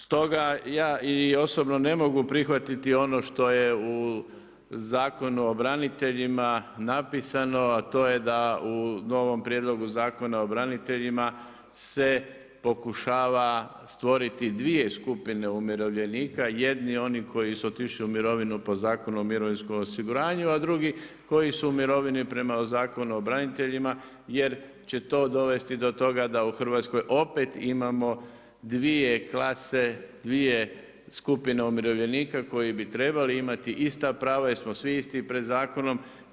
Stoga ja i osobno ne mogu prihvatiti ono što je u Zakonu o braniteljima napisano, a to je da u novom Prijedlogu zakona o braniteljima se pokušava stvoriti dvije skupine umirovljenika, jedni oni koji su otišli u mirovinu po Zakonu o mirovinskom osiguranju, a drugi koji su u mirovini prema Zakonu o braniteljima jer će to dovesti do toga da u Hrvatskoj opet imamo dvije klase, dvije skupine umirovljenika koji bi trebali imat ista prava jer smo svi isti pred zakonom.